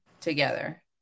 together